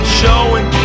showing